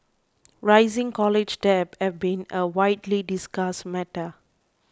rising college debt have been a widely discussed matter